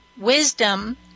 wisdom